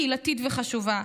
קהילתית וחשובה.